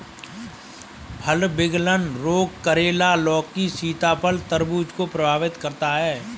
फल विगलन रोग करेला, लौकी, सीताफल, तरबूज को प्रभावित करता है